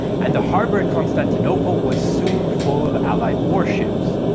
and the harbour at constantinople was soon full of allied warships,